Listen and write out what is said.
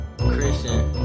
Christian